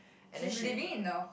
she's living in a